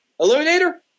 Eliminator